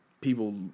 people